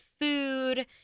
food